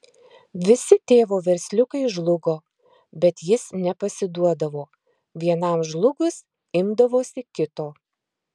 visi tėvo versliukai žlugo bet jis nepasiduodavo vienam žlugus imdavosi kito